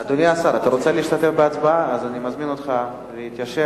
אז אני מזמין אותך להתיישב.